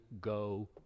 go